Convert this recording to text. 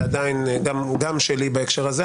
גם שלי בהקשר הזה,